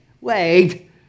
Wait